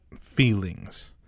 feelings